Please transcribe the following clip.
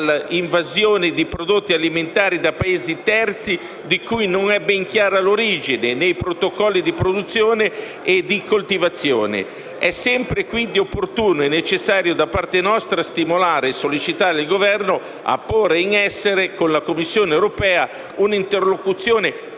all'invasione di prodotti alimentari da Paesi terzi di cui non sono ben chiari l'origine, né i protocolli di produzione e di coltivazione. È sempre, quindi, opportuno e necessario da parte nostra stimolare e sollecitare il Governo a porre in essere con la Commissione europea un'interlocuzione